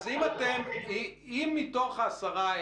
ואחרי שהם ממילא מקבלים הליך ערר ובירור על ידי